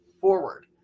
forward